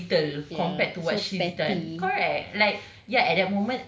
that's so little compared to what she's done correct